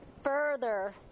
further